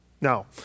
Now